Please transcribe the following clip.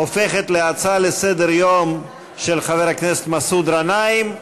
הופכת להצעה לסדר-היום של חבר הכנסת מסעוד גנאים.